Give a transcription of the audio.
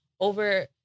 Over